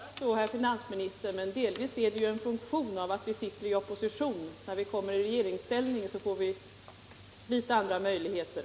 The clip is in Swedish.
Herr talman! Det kan nog vara så, herr finansministern, men delvis är det en funktion av att vi sitter i opposition. När vi kommer i regeringsställning får vi litet andra möjligheter.